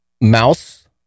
mouse